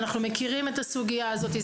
אנחנו מכירים את הסוגיה הזאת.